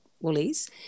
Woolies